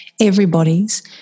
everybody's